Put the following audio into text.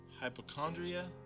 hypochondria